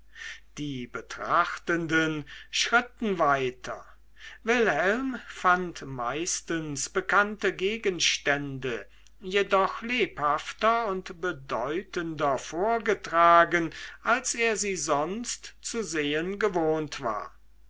die betrachtenden schritten weiter wilhelm fand meistens bekannte gegenstände jedoch lebhafter und bedeutender vorgetragen als er sie sonst zu sehen gewohnt war